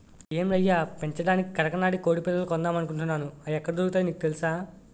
ఏం రయ్యా పెంచడానికి కరకనాడి కొడిపిల్లలు కొందామనుకుంటున్నాను, అయి ఎక్కడ దొరుకుతాయో నీకు తెలుసా?